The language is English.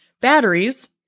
batteries